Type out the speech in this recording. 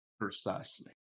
Precisely